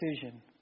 decision